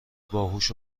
باهوش